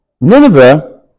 Nineveh